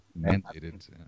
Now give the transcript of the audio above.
mandated